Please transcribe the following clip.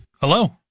hello